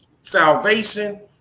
salvation